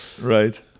Right